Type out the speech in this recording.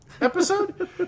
episode